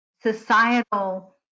societal